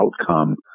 outcome